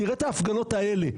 תראה את ההפגנות האלה,